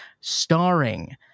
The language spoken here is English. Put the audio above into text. Starring